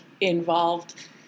involved